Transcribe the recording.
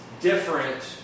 different